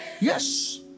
Yes